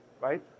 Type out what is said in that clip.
right